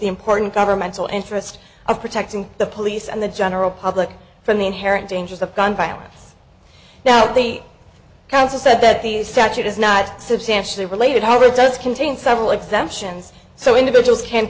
the important governmental interest of protecting the police and the general public from the inherent dangers of gun violence now the council said that the statute is not substantially related however it does contain several exemptions so individual